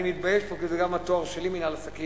אני מתבייש, כי זה גם התואר שלי, מינהל עסקים.